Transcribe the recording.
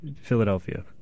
Philadelphia